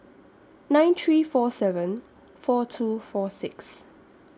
nine three four seven four two four six